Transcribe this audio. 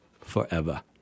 forever